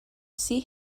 see